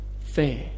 fair